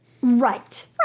Right